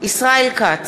ישראל כץ,